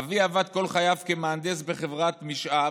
אבי עבד כל חייו כמהנדס בחברת משה"ב,